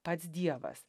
pats dievas